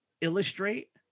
illustrate